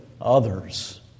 others